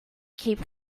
keep